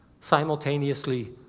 Simultaneously